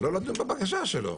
לא דנים בבקשה שלו.